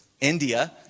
India